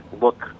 look